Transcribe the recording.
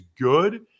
good